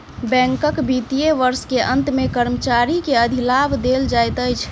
बैंकक वित्तीय वर्ष के अंत मे कर्मचारी के अधिलाभ देल जाइत अछि